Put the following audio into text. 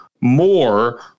more